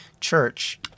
church